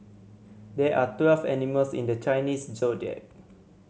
there are twelve animals in the Chinese Zodiac